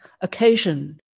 occasion